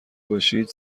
باشید